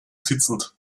sitzend